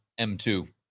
M2